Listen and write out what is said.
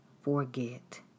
forget